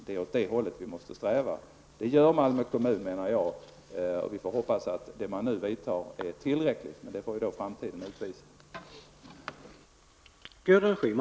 Det är åt det hållet vi måste sträva, och jag menar att man i Malmö kommun gör det. Vi får hoppas att de åtgärder man nu vidtar är tillräckliga. Men detta är något som framtiden får utvisa.